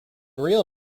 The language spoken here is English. real